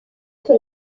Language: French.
que